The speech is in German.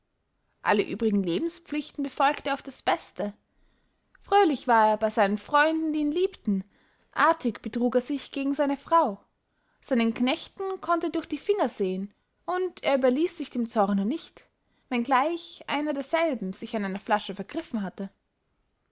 alle übrigen lebenspflichten befolgt er auf das beste fröhlich war er bey seinen freunden die ihn liebten artig betrug er sich gegen seine frau seinen knechten konnt er durch die finger sehen und er überließ sich dem zorne nicht wenn gleich einer derselben sich an einer flasche vergriffen hatte